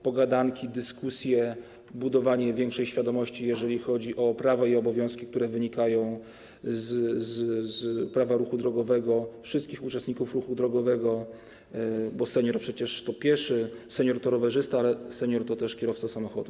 Pogadanki, dyskusje, budowanie większej świadomości, jeżeli chodzi o prawa i obowiązki, które wynikają z Prawa ruchu drogowego, wszystkich uczestników ruchu drogowego, bo senior przecież to pieszy, senior to rowerzysta, ale senior to też kierowca samochodu.